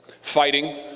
fighting